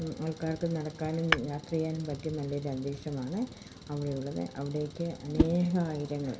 ആൾക്കാർക്ക് നടക്കാനും യാത്ര ചെയ്യാനും പറ്റിയ നല്ലൊരാന്തരീക്ഷമാണ് അവിടെയുള്ളത് അവിടേക്ക് അനേകായിരങ്ങൾ